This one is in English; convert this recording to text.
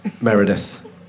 Meredith